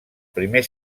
primer